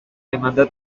demanda